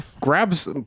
grabs